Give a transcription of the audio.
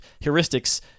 heuristics